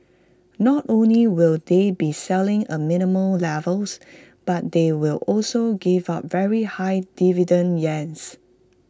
not only will they be selling A minimal levels but they will also give up very high dividend yields